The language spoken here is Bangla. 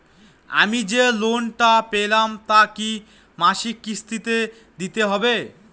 আমি যে লোন টা পেলাম তা কি মাসিক কিস্তি তে দিতে হবে?